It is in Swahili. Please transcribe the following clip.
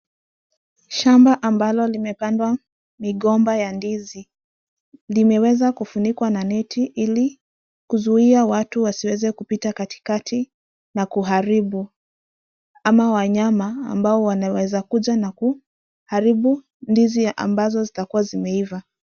Shamba ambalo limepandwa migomba ya ndizi limeweza kufunikwa na neti ili kuzuia watu wasiweze kupita katikati na kuharibu ama wanyama ambao wanaweza kuja na kuharibu ndizi zitakuwa zimeiva.